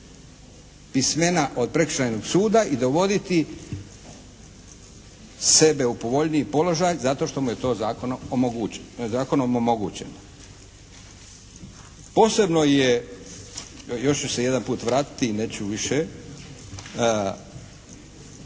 pismena od Prekršajnog suda i dovoditi sebe u povoljniji položaj zato jer mu je to zakonom omogućeno. Posebno je, još ću se jedan put vratiti i neću više